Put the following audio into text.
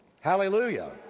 hallelujah